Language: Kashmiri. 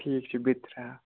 ٹھیٖک چھُ بِترا